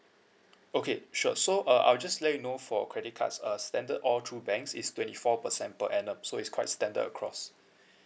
okay sure so uh I'll just let you know for credit cards uh standard all through banks is twenty four percent per annum so it's quite standard across